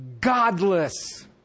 Godless